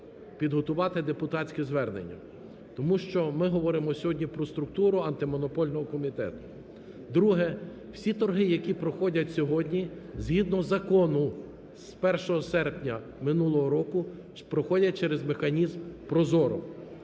підготувати депутатське звернення, тому що ми говоримо сьогодні про структуру Антимонопольного комітету. Друге. Всі торги, які проходять сьогодні згідно закону з 1 серпня минулого року проходять через механізм ProZorro.